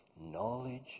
knowledge